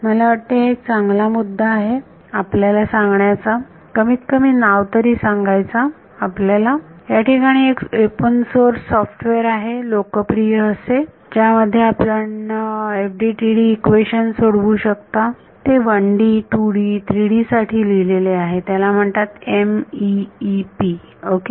मला वाटते हा एक चांगला मुद्दा आहे आपल्याला सांगण्याचा कमीत कमी नाव तरी सांगायचा आपल्याला याठिकाणी एक ओपन सोर्स सॉफ्टवेअर आहे लोकप्रिय असे ज्यामध्ये आपण FDTD इक्वेशन्स सोडवू शकता ते 1 D 2 D 3 D साठी लिहिलेले आहे त्याला म्हणतात MEEP ओके